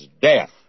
death